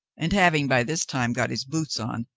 and, having by this time got his boots on,